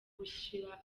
gushira